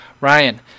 Ryan